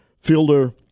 fielder